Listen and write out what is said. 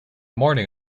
morning